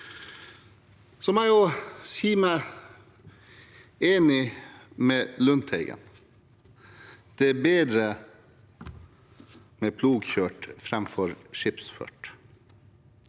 Jeg må si meg enig med Lundteigen: Det er bedre med plogkjørt framfor skipsført,